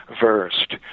versed